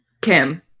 Kim